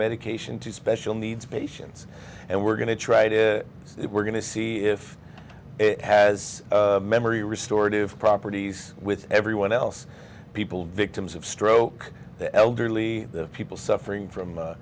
medication to special needs patients and we're going to try to we're going to see if it has memory restorative properties with everyone else people victims of stroke elderly people suffering from